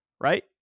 right